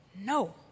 No